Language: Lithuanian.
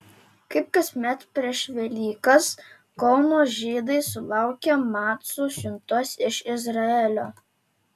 kaip kasmet prieš velykas kauno žydai sulaukė macų siuntos iš izraelio